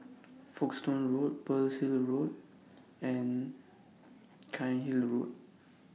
Folkestone Road Pearl's Hill Road and Cairnhill Road